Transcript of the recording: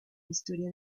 historia